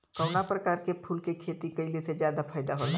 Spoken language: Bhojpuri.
कवना प्रकार के फूल के खेती कइला से ज्यादा फायदा होला?